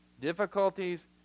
difficulties